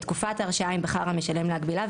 את תקופת ההרשאה אם בחר המשלם להגבילה,